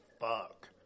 fuck